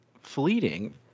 fleeting